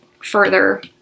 further